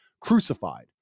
crucified